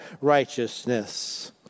righteousness